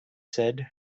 said